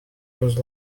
was